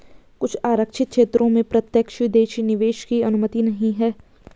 कुछ आरक्षित क्षेत्रों में प्रत्यक्ष विदेशी निवेश की अनुमति नहीं है